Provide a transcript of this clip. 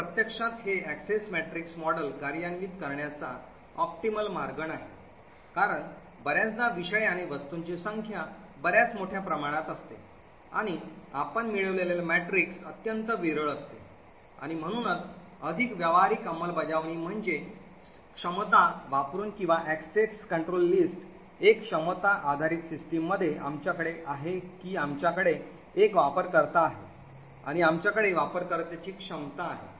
तर प्रत्यक्षात हे access matrix model कार्यान्वित करण्याचा optimal मार्ग नाही कारण बर्याचदा विषय आणि वस्तूंची संख्या बर्याच मोठ्या प्रमाणात असते आणि आपण मिळविलेले मॅट्रिक्स अत्यंत विरळ असते आणि म्हणूनच अधिक व्यावहारिक अंमलबजावणी म्हणजे क्षमता वापरुन किंवा access control List एक क्षमता आधारित सिस्टममध्ये आमच्याकडे आहे की आमच्याकडे एक वापरकर्ता आहे आणि आमच्याकडे वापरकर्त्यांची क्षमता आहे